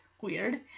weird